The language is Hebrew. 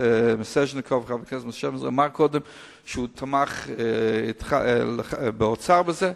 מיסז'ניקוב אמר קודם שהוא תמך באוצר בזה.